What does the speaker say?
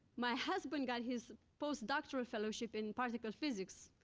my husband got his post-doctorate fellowship in particle physics,